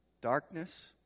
Darkness